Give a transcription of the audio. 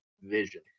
vision